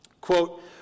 quote